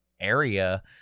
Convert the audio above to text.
area